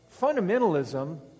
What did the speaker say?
fundamentalism